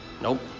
Nope